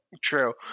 True